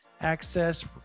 access